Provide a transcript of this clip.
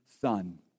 son